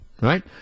right